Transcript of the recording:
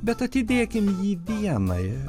bet atidėkim jį dienai